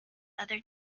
other